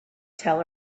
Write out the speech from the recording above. tell